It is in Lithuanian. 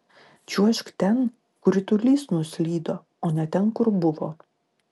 čiuožk ten kur ritulys nuslydo o ne ten kur buvo